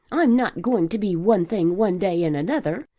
i'm not going to be one thing one day and another